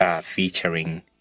featuring